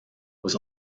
was